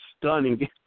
stunning